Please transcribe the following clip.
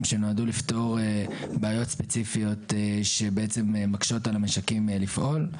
שנועדו לפתור בעיות ספציפיות שבעצם מקשות על המשקים לפעול.